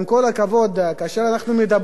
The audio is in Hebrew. כאשר אנחנו מדברים על החלטות,